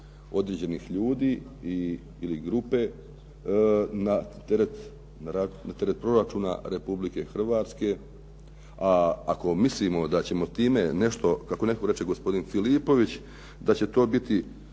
određenih ljudi ili grupe na teret proračuna Republike Hrvatske, a ako mislimo da ćemo time nešto kako reče gospodin Filipović, da će to biti